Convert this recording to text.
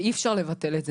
ואי אפשר לבטל את זה.